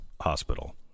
hospital